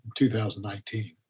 2019